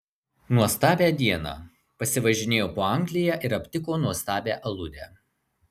nuostabią dieną pasivažinėjo po angliją ir aptiko nuostabią aludę